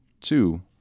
two